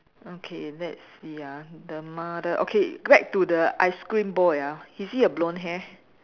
okay let's see ah the mother okay back to the ice cream boy ah is he a blonde hair